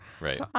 Right